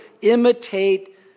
imitate